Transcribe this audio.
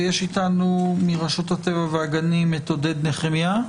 מרשות הטבע והגנים עודד נחמיה,